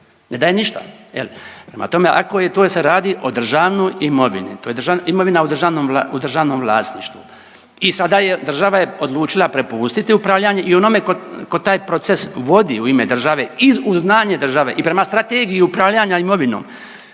ako je to se radi o državnoj imovini, to je imovina u državnom vlasništvu. I sada je država je odlučila prepustiti upravljanje i onome ko taj proces vodi u ime države i uz znanje i prema Strategiji upravljanja imovinom